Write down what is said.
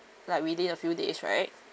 like within a few days right